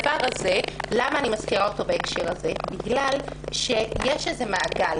אני מזכירה את זה בהקשר הנוכחי בגלל שיש איזה מעגל,